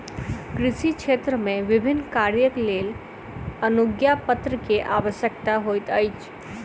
कृषि क्षेत्र मे विभिन्न कार्यक लेल अनुज्ञापत्र के आवश्यकता होइत अछि